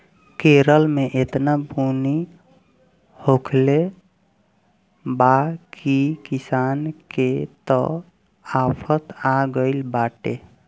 केरल में एतना बुनी होखले बा की किसान के त आफत आगइल बाटे